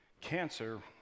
Cancer